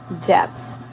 depth